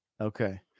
Okay